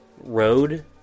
Road